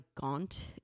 gaunt